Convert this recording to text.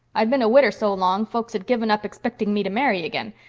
i'd been a widder so long folks had given up expecting me to marry again.